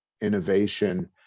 innovation